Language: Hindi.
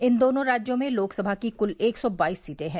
इन दोनों राज्यों में लोकसभा की कृल एक सौ बाईस सीटें हैं